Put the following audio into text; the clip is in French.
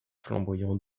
flamboyant